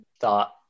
thought